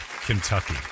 Kentucky